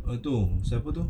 uh tu siapa tu